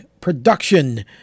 production